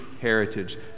heritage